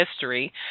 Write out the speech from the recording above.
history